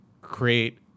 create